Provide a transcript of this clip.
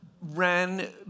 ran